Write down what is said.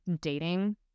dating